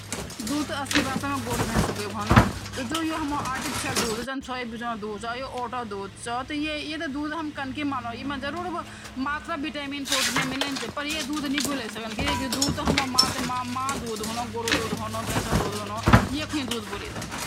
जू ब्लेंडर वनू वे म ना ब्लेड जन लगी रनी य डिब्बा वन डिब्बा मा ब्लेड लगी रनी अंदर बठीं अ वे क्य वनु बिजली स्विच दे दियना आ बिजली द्वारा ब्लेंडर चलन च आ जन जथी बारीक पिष्यूण जथी मोटू पिष्यूण वे वथी टाइम आ हिसाब से आप वे घूमे सकना अर घूमे के आपो ऊ आपो रिज़ल्ट अफू मू ऐय जानदू